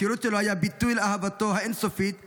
השירות שלו היה ביטוי לאהבתו האין-סופית למדינה,